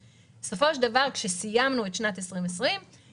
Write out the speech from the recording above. בסופו של דבר כשסיימנו את שנת 2020 איך